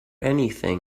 anything